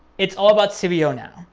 it's all about cbo now,